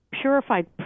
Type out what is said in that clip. purified